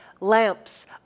lamps